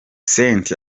cent